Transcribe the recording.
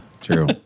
True